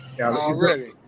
Already